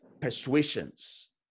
persuasions